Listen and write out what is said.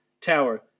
Tower